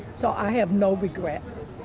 so i have no regrets.